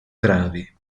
gravi